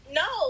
no